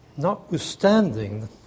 Notwithstanding